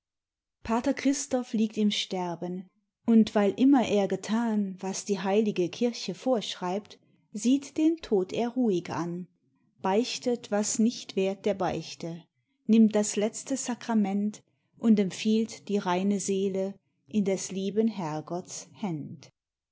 pater christoph liegt im sterben und weil immer er getan was die heilige kirche vorschreibt sieht den tod er ruhig an beichtet was nicht wert der beichte nimmt das letzte sakrament und empfiehlt die reine seele in des lieben herrgotts